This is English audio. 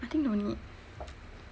I think no need